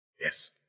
Yes